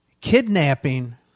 Kidnapping